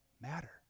matter